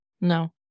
no